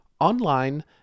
online